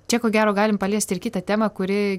čia ko gero galim paliesti ir kitą temą kuri